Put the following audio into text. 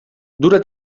dura